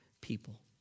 people